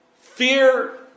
fear